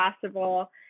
possible